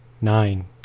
Nine